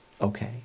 okay